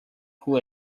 who